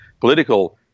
political